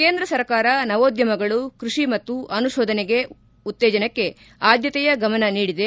ಕೇಂದ್ರ ಸರ್ಕಾರ ನವೋದ್ಗಮಗಳು ಕೃಷಿ ಮತ್ತು ಅನುಶೋಧನೆ ಉತ್ತೇಜನಕ್ಕೆ ಆದ್ಗತೆಯ ಗಮನ ನೀಡಿದೆ